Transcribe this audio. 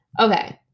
Okay